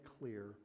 clear